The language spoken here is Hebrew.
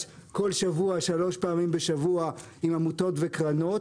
כל שבוע שלוש פעמים בשבוע עם עמותות וקרנות